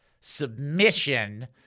submission